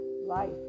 life